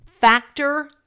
Factor